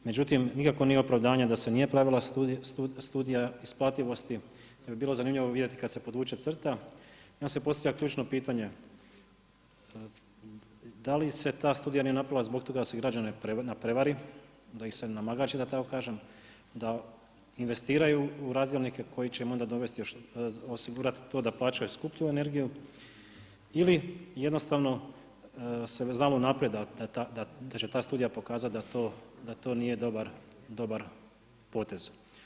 Međutim nikako nije opravdanje da se nije pravila studija isplativosti pa bi bilo zanimljivo vidjeti kada se podvuče crta i onda se postavlja ključno pitanje da li se ta studija nije napravila zbog toga da se građane prevari da ih se namagarči da tako kažem, da investiraju u razdjelnike koji će im dovesti osigurati to da plaćaju skuplju energiju ili jednostavno se znalo unaprijed da će ta studija pokazati da to nije dobar potez.